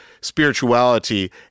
spirituality